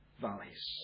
valleys